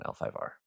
L5R